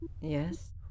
Yes